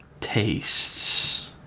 Tastes